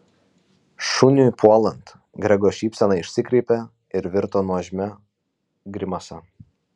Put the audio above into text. šuniui puolant grego šypsena išsikreipė ir virto nuožmia grimasa